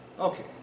Okay